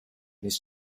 his